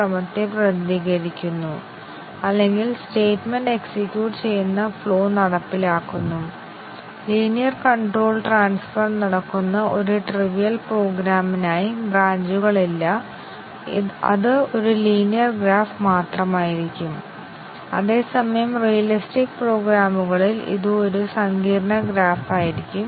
അതിനാൽ ഇനിപ്പറയുന്ന രണ്ട് ഇൻപുട്ട് ടെസ്റ്റ് ഇൻപുട്ടുകൾ ബേസിക് കണ്ടീഷൻ കവറേജ് നേടും കാരണം ആദ്യത്തേത് a 15 ഞങ്ങൾ ഇത് ശരിയാക്കുകയും b30 ഞങ്ങൾ ഇത് ശരിയാക്കുകയും a5 ഞങ്ങൾ അത് തെറ്റായി സജ്ജമാക്കുകയും ചെയ്യും b 60 ഞങ്ങൾ ഇത് തെറ്റായി സജ്ജമാക്കും